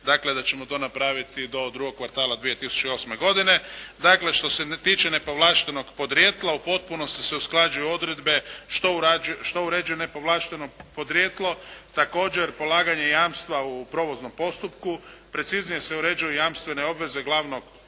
da ćemo to napraviti do drugog kvartala 2008. godine. Dakle, što se tiče nepovlaštenog podrijetla u potpunosti se usklađuju odredbe što uređene povlašteno podrijetlo, također polaganje jamstva u provoznom postupku, preciznije se uređuju jamstvene obveze glavnog obveznika